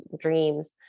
dreams